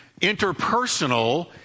interpersonal